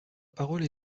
parole